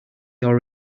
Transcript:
your